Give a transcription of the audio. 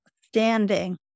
standing